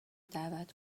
دعوت